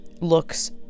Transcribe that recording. looks